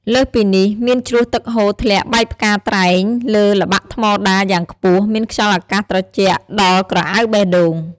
លើសពីនេះ មានជ្រោះទឹកហូរធ្លាក់បែកផ្កាត្រែងលើល្បាក់ថ្មដាយ៉ាងខ្ពស់ មានខ្យល់អាកាសត្រជាក់ដល់ក្រអៅបេះដូង។